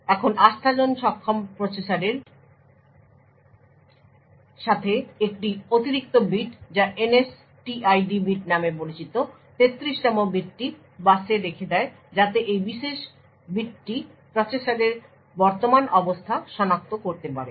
এখন আস্থাজোন সক্ষম প্রসেসরের সাথে একটি অতিরিক্ত বিট যা NSTID বিট নামে পরিচিত 33 তম বিটটি বাসে রেখে দেয় যাতে এই বিশেষ বিটটি প্রসেসরের বর্তমান অবস্থা সনাক্ত করতে পারে